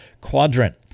quadrant